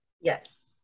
Yes